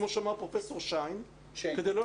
כמו שאמר פרופ' שיין,